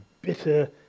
bitter